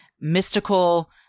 mystical